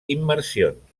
immersions